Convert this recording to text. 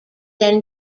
then